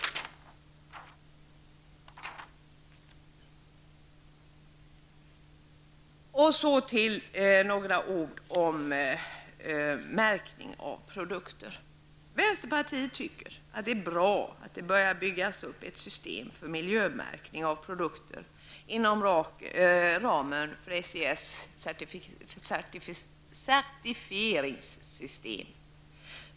Några ord om märkning av produkter. Vänsterpartiet tycker att det är bra att det börjar byggas upp ett system för miljömärkning av produkter inom ramen för SIS certifieringssystem.